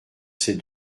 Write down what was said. ces